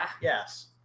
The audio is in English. Yes